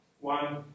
one